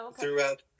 throughout